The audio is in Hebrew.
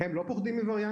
עד כמה הוא מסוכן מבחינה